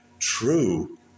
True